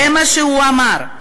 זה מה שהוא אמר.